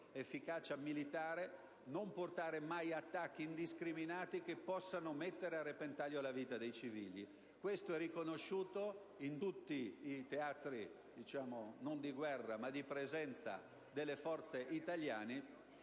efficacia militare - non portare mai attacchi indiscriminati che potessero mettere a repentaglio la vita dei civili. Questo è riconosciuto in tutti i teatri, non di guerra ma di presenza delle Forze armate